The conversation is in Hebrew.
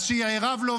אז שיערב לו.